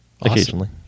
occasionally